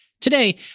Today